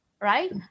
right